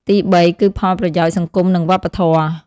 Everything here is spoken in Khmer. ទីបី គឺផលប្រយោជន៍សង្គមនិងវប្បធម៌។